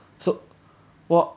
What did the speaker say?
so what